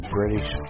British